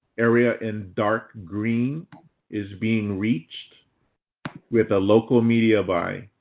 area in dark green is being reached with a local media by.